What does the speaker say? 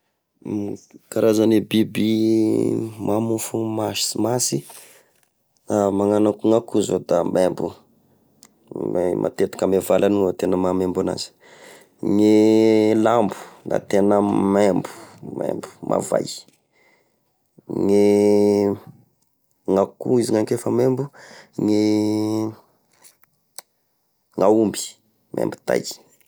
E karazane biby mamofo mansimansy! Magnano akô gn'akoho zao da maimbo! matetika ame valany ao e tena mahamembo anazy ,gne lambo da tena membo! Maimbo, mavahy, gne, gn'akoho izy nankeo efa maimbo! Gn'aomby membo tay.